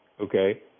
okay